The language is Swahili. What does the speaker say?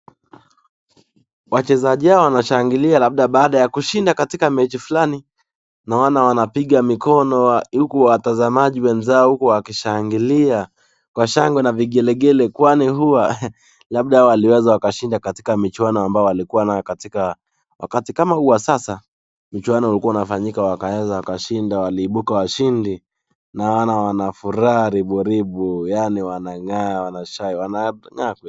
Wachezaji hawa wanashangilia labda baada ya kushinda katika mechi fulani. Naona wanapiga mikono huku watazamaji wenzao huku wakishangilia kwa shangwe na vigelegele kwani huwa labda waliweza wakashinda katika michuano ambayo walikuwa nayo katika